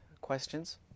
questions